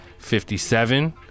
57